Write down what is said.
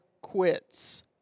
quits